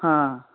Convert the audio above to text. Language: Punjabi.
ਹਾਂ